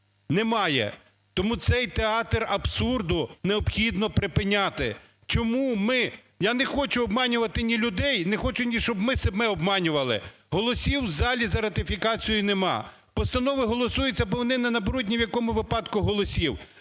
Немає. Тому цей театр абсурду необхідно припиняти. Чому ми… я не хочу ні обманювати людей, не хочу, щоб ми себе обманювали: голосів в залі за ратифікацію немає. Постанови голосуються, бо вони не наберуть ні в якому випадку голосів.